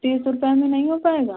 तीन सौ रुपये में नहीं हो पाएगा